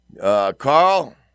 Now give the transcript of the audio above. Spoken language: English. Carl